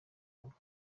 ubwo